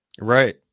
right